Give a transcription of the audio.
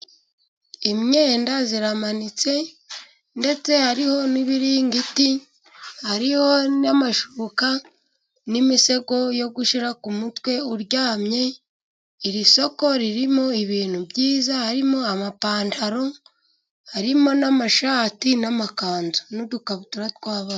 Imyenda iramanitse ndetse hariho n'ibiriringiti, hariho n'amashuka, n'imisego yo gushyira ku mutwe uryamye. Iri soko ririmo ibintu byiza harimo amapantalo, harimo n'amashati, n'amakanzu, n'udukabutura tw'abana.